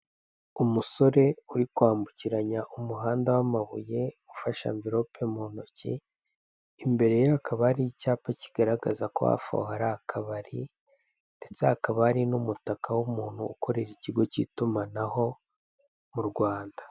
Umusore uri kwambukiranya umuhanda w'amabuye ufashe amvirope mu ntoki, imbere ye hakaba hari icyapa kigaragaza ko hafi aho hari akabari ndetse hakaba hari n'umutaka w'umuntu ukorera ikigo k'itumanaho mu Rwanda.